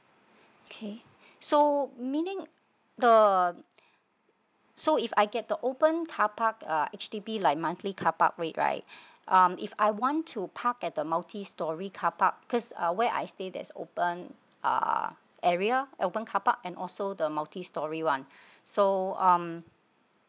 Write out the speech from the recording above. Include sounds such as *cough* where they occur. okay *breath* so meaning the so if I get the open carpark uh H_D_B like monthly carpark rate right *breath* um if I want to park at the multi storey carpark cause uh where I stay there's open uh area open carpark and also the multi story one *breath* so um